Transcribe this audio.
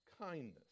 Kindness